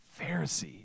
Pharisee